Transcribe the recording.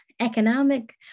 economic